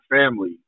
family